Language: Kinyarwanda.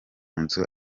nzu